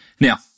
Now